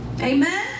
Amen